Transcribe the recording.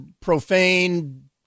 profane